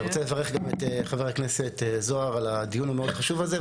אני רוצה לברך גם את חבר הכנסת זוהר על הדיון המאוד חשוב הזה,